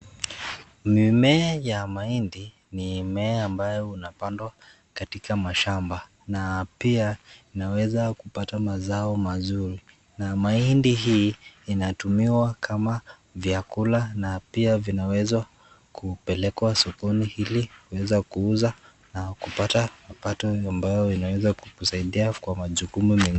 Mimea ya mahindi ni mimea ambayo inapandwa katika mashamba na pia unaweza kupata mazao mazuri. Na mahindi hii inatumiwa kama vyakula na pia vinawezwa kupelekwa sokoni ili kuweza kuuza na kupata mapato ambayo inaweza kusaidia kwa majukumu mengine.